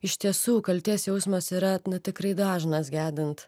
iš tiesų kaltės jausmas yra tikrai dažnas gedint